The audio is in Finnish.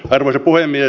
arvoisa puhemies